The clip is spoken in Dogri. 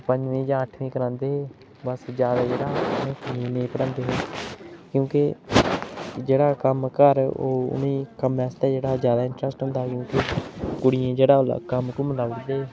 पंजमी जां अठमीं करांदे हे बस जादा जेह्ड़ा कुड़ियें ई नेईं पढ़ांदे हे क्योंकि जेह्ड़ा कम्म घर एह् उ'नें ई कम्म आस्तै जेह्ड़ा जादा इंटरस्ट होन्दा हा क्योंकि कुड़ियें गी जेह्ड़ा ओल्लै कम्म कुम्म लांदे